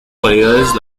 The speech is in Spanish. cualidades